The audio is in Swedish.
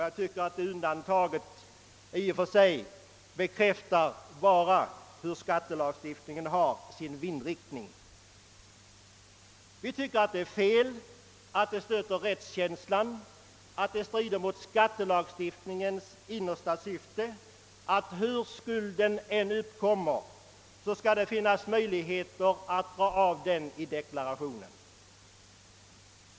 Jag tycker att undantaget bekräftar den vindriktning som råder i vår skattelagstiftning. Vi tycker att det är fel, att det stöter rättskänslan och att det strider mot skattelagstiftningens innersta syfte att det, hur skulden än uppkommer, skall finnas möjligheter att göra avdrag för den i deklarationen.